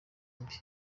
mbi